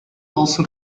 also